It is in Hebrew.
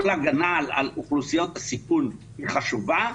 ההגנה על אוכלוסיות הסיכון היא חשובה,